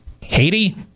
Haiti